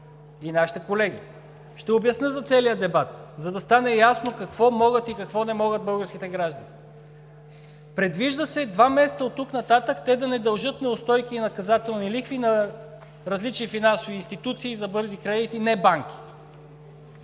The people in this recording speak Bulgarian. и нашите колеги! Ще обясня за целия дебат, за да стане ясно какво могат и какво не могат българските граждани. Предвижда се два месеца оттук нататък те да не дължат неустойки и наказателни лихви на различни финансови институции за бързи кредити, не банки,